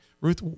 Ruth